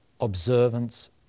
observance